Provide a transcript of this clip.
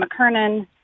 McKernan